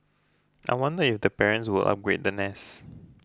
I wonder if the parents will upgrade the nest